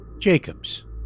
Jacobs